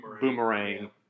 boomerang